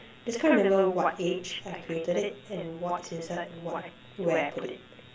just can't remember what age I created it and what's inside and what where I put it